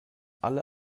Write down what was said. alle